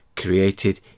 created